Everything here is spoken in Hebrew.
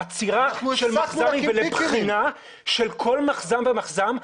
לעצירה ולבחינה של כל מחז"ם ומחז"ם,